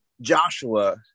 Joshua